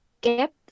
kept